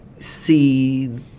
See